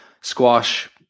squash